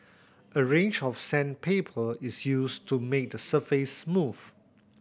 a range of sandpaper is used to make the surface smooth